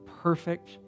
perfect